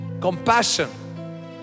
Compassion